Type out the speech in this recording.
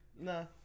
no